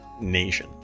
nation